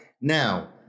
Now